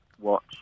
watch